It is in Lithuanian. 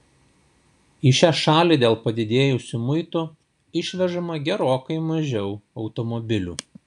į šią šalį dėl padidėjusių muitų išvežama gerokai mažiau automobilių